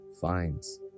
finds